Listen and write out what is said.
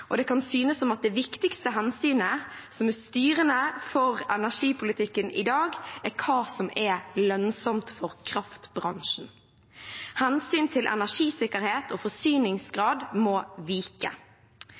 og det kan synes som at det viktigste hensynet som er styrende for energipolitikken i dag, er hva som er lønnsomt for kraftbransjen. Hensynet til energisikkerhet og